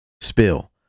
Spill